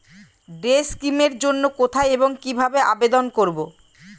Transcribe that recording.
Day scheme এর জন্য কোথায় এবং কিভাবে আবেদন করব?